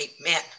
Amen